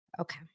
Okay